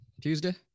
Tuesday